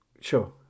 sure